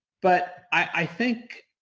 but i think